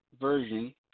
Version